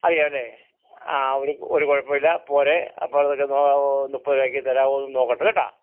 അറിയാമല്ലേ ആ ഒരു ഒരു കുഴപ്പവും ഇല്ല പോരെ അപ്പോൾ ആ മുപ്പത് രൂപയ്ക്ക് തരാമെന്ന് നോക്കട്ടെ കേട്ടോ